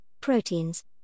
proteins